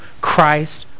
Christ